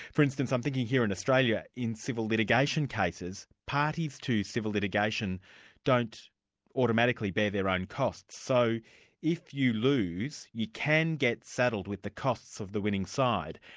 for instance, i'm thinking here in australia in civil litigation cases, parties to civil litigation don't automatically bear their own costs, so if you lose, you can get saddled with the costs of the winning side.